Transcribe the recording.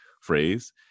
phrase